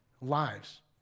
lives